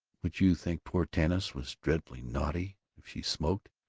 would you think poor tanis was dreadfully naughty if she smoked?